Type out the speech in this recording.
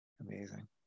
amazing